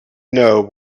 know